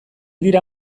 dira